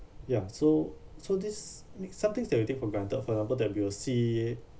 ya so so this make some things that we take for granted for example that we'll see